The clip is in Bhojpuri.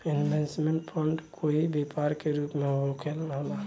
इन्वेस्टमेंट फंड कोई व्यापार के रूप में होला